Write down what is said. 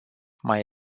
mai